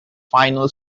final